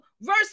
verse